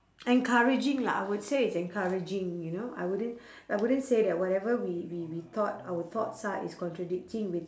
encouraging lah I would say it's encouraging you know I wouldn't I wouldn't say that whatever we we we thought our thoughts are is contradicting with